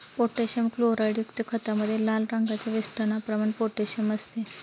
potassium क्लोराईडयुक्त खतामध्ये लाल रंगाच्या वेष्टनाप्रमाणे पोटॅशियम असते